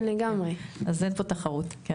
אז אין פה תחרות.